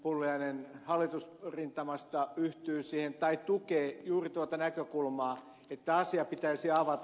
pulliainen hallitusrintamasta yhtyy siihen tai tukee juuri tuota näkökulmaa että asia pitäisi avata